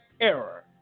error